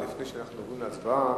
אבל לפני שאנחנו עוברים להצבעה,